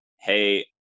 hey